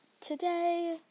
today